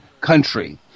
country